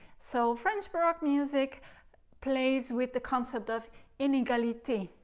so french baroque music plays with the concept of inegalite,